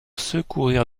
secourir